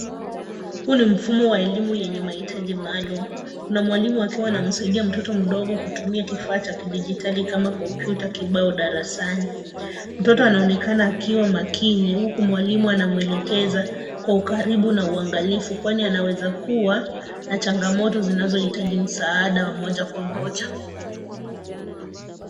Huu ni mfumo wa elimu yenye mahitaji maalum. Kuna mwalimu akiwa anamsaidia mtoto mdogo kutumia kifaa cha kidijitali kama kompyuta kibao darasani. Mtoto anaonekana akiwa makini huku mwalimu anamwelekeza kwa ukaribu na uangalifu kwani anaweza kuwa na changamoto zinazohitaji msaada wa moja kwa moja.